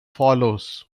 follows